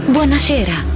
Buonasera